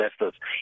investors